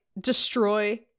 destroy